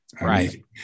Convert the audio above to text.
Right